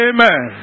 Amen